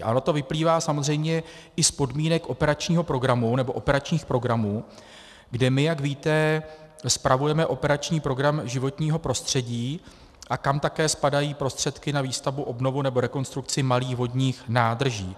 A ono to vyplývá samozřejmě i z podmínek operačního programu, nebo operačních programů, kde my, jak víte, spravujeme operační program Životní prostředí a kam také spadají prostředky na výstavbu, obnovu nebo rekonstrukci malých vodních nádrží.